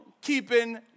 keeping